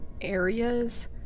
areas